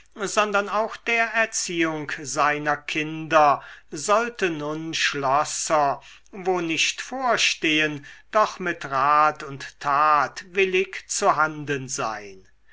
sondern auch der erziehung seiner kinder sollte nun schlosser wo nicht vorstehen doch mit rat und tat willig zu handen sein